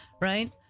right